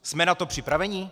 Jsme na to připraveni?